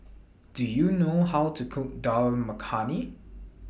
Do YOU know How to Cook Dal Makhani